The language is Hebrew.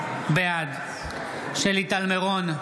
בעד שלי טל מירון,